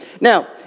Now